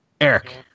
Eric